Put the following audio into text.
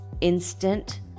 instant